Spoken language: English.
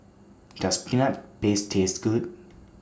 Does Peanut Paste Taste Good